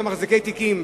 על מחזיקי תיקים,